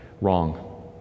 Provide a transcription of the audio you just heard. wrong